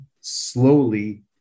slowly